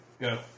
Go